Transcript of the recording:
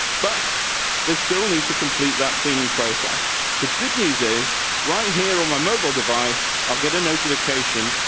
but they still need to complete that cleaning process. the good news is right here on my mobile device. i'll get a notification.